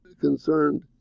concerned